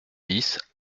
bis